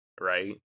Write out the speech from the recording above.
Right